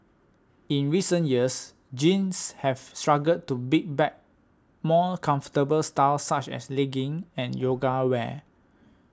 in recent years jeans have struggled to beat back more comfortable styles such as leggings and yoga wear